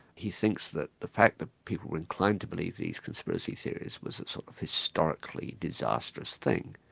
he thinks that the fact that people were inclined to believe these conspiracy theories was a sort of historically disastrous thing.